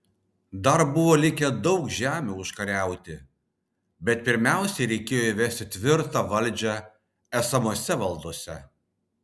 dar buvo likę daug žemių užkariauti bet pirmiausia reikėjo įvesti tvirtą valdžią esamose valdose